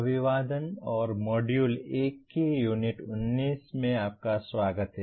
अभिवादन और मॉड्यूल 1 की यूनिट 19 में आपका स्वागत है